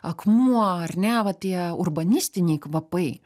akmuo ar ne va tie urbanistiniai kvapai